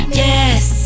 yes